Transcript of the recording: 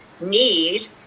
need